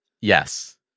Yes